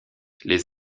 les